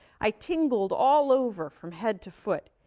i tingled all over from head to foot.